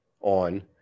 on